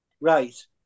right